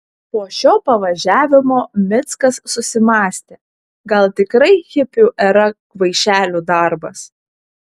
po šio pavažiavimo mickas susimąstė gal tikrai hipių era kvaišelių darbas